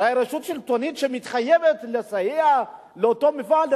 הרי רשות שלטונית שמתחייבת לסייע לאותו מפעל,